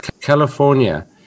California